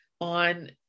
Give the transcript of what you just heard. on